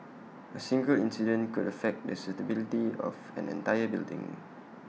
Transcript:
A single incident could affect the stability of an entire building